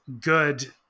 good